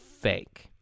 fake